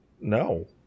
No